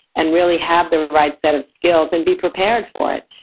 and really have the right set of skills, and be prepared for it.